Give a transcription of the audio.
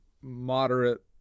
moderate